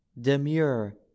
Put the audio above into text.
demure